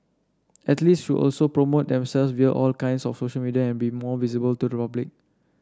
athletes should also promote themselves via all kinds of social media and be more visible to the public